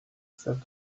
that